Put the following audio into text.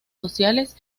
sociales